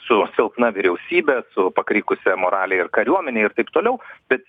su silpna vyriausybė su pakrikusia morale ir kariuomene ir taip toliau bet